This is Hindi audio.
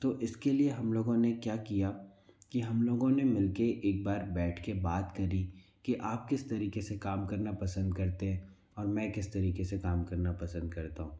तो इसके लिए हम लोगों ने क्या किया कि हम लोगों ने मिलकर एक बार बैठ कर बात करी कि आप किस तरीके से काम करना पसंद करते हैं और मैं किस तरीके से काम करना पसंद करता हूँ